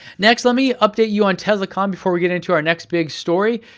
next, let me update you on teslacon before we get into our next big story.